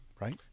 right